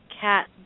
cat